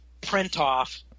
print-off